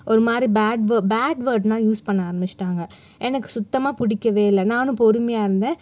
ஒரு மாதிரி பேட் வே பேட் வேர்ட்னா யூஸ் பண்ண ஆரம்பித்துட்டாங்க எனக்கு சுத்தமாக பிடிக்கவே இல்லை நானும் பொறுமையாக இருந்தேன்